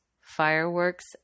fireworks